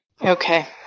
Okay